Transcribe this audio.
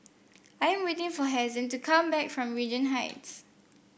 I am waiting for Hazen to come back from Regent Heights